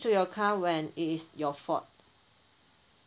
to your car when it is your fault